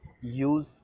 use